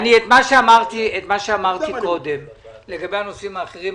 את מה שאמרתי קודם לגבי הנושאים האחרים,